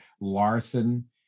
larson